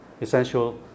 essential